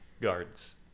guards